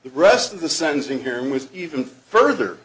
the rest of the sentencing hearing was even further